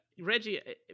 Reggie